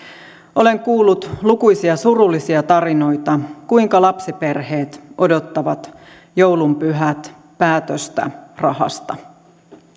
olen kuullut lukuisia surullisia tarinoita siitä kuinka lapsiperheet odottavat joulunpyhät päätöstä rahasta